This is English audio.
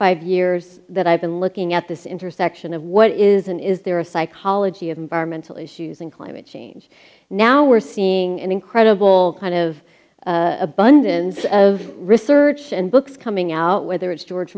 five years that i've been looking at this intersection of what isn't is there a psychology of environmental issues and climate change now we're seeing an incredible kind of abundance of research and books coming out whether it's george